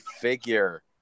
figure